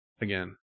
again